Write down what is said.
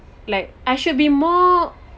like I should be more